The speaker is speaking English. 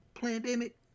pandemic